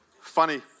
funny